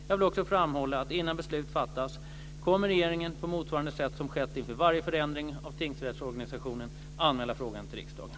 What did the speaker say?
Jag vill också framhålla att innan beslut fattas kommer regeringen, på motsvarande sätt som skett inför varje förändring av tingsrättsorganisationen, att anmäla frågan till riksdagen.